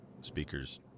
speakers